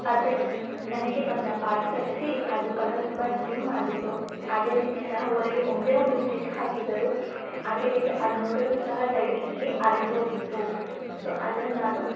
ಆದರೆ ನನಗೆ ಬಂದ ಪಾರ್ಸೆಲಲ್ಲಿ ಅದು ಕಲರ್ ತುಂಬ ಡಿಮ್ ಆಗಿತ್ತು ಅದೇ ರೀತಿ ಸಹ ಒಳಗೆ ಒಂದೇ ಒಂದು ಸ್ಟಿಚ್ ಹಾಕಿದ್ದರು ಅದೆ ರೀತಿ ಅದು ನೋಡಲು ಸಹ ಸೈಡಲ್ಲಿ ಹರೆದು ಹೋಗಿತ್ತು ಸೊ ಅದನ್ನು ನಾನು